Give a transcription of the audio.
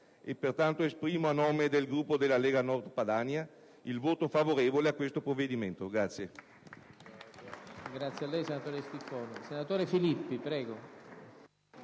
Pertanto, annuncio a nome del Gruppo della Lega Nord Padania il voto favorevole a questo provvedimento.